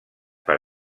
per